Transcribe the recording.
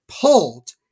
pulled